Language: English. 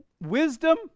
wisdom